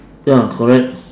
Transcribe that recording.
ya correct